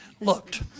looked